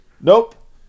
Nope